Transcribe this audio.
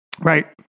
Right